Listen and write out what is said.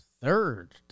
third